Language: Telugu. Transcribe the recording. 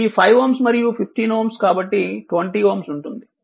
ఈ 5Ω మరియు 15Ω కాబట్టి 20Ω ఉంటుంది